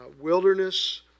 wilderness